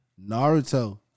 Naruto